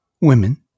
women